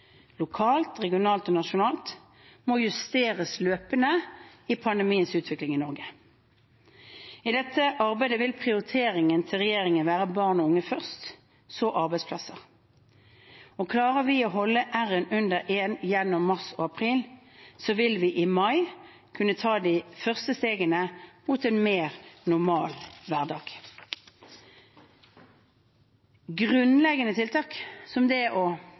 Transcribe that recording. lokalt, regionalt og nasjonalt må justeres løpende etter pandemiens utvikling i Norge. I dette arbeidet vil prioriteringen til regjeringen være barn og unge først, så arbeidsplasser. Klarer vi å holde R-tallet under 1 gjennom mars og april, vil vi i mai kunne ta de første stegene mot en mer normal hverdag. Grunnleggende tiltak som å holde hendene rene, holde seg hjemme ved sykdom, holde avstand, smittekarantene og